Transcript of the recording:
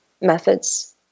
methods